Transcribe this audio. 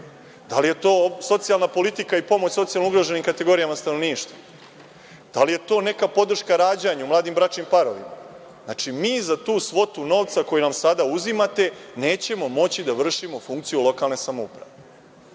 da li je to socijalna politika i pomoć socijalno ugroženim kategorijama stanovništva, da li je to neka podrška rađanju mladim bračnim parovima. Znači, mi za tu svotu novca koju nam sada uzimate nećemo moći da vršimo funkciju lokalne samouprave.